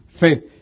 faith